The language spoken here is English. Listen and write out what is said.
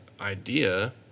idea